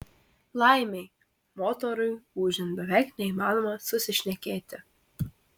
laimei motorui ūžiant beveik neįmanoma susišnekėti